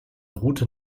route